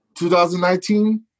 2019